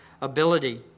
ability